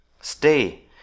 Stay